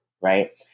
right